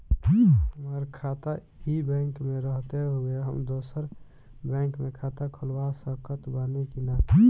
हमार खाता ई बैंक मे रहते हुये हम दोसर बैंक मे खाता खुलवा सकत बानी की ना?